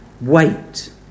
wait